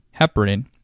heparin